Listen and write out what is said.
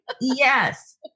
Yes